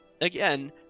again